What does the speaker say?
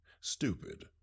stupid